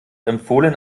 empfohlen